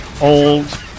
old